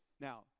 Now